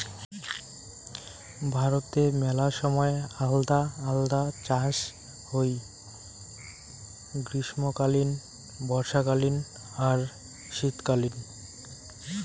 ভারতে মেলা সময় আলদা আলদা চাষ হই গ্রীষ্মকালীন, বর্ষাকালীন আর শীতকালীন